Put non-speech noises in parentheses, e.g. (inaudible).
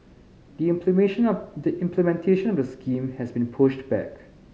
(unintelligible) of the implementation of the scheme has been pushed back